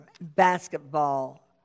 basketball